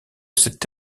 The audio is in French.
cet